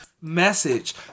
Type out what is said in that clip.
message